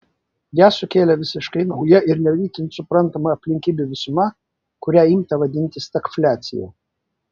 ją sukėlė visiškai nauja ir ne itin suprantama aplinkybių visuma kurią imta vadinti stagfliacija